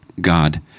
God